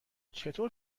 چطور